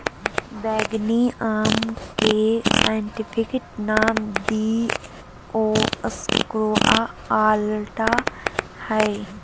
बैंगनी आम के साइंटिफिक नाम दिओस्कोरेआ अलाटा हइ